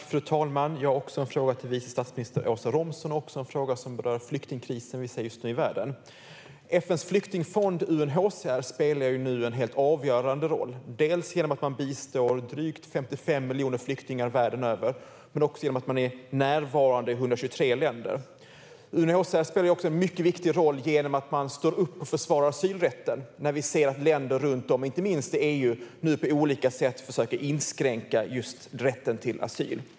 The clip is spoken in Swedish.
Fru talman! Jag har också en fråga till vice statsminister Åsa Romson. Det är en fråga som berör den flyktingkris vi kan se just nu i världen. FN:s flyktingfond UNHCR spelar nu en helt avgörande roll, dels genom att man bistår drygt 55 miljoner flyktingar världen över, dels genom att man är närvarande i 123 länder. UNHCR spelar en mycket viktig roll genom att stå upp för och försvara asylrätten, när vi nu kan se att länder inte minst i EU på olika sätt försöker inskränka just rätten till asyl.